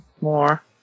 more